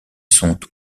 sont